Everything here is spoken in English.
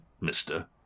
mister